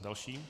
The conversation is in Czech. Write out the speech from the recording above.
Další.